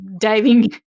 diving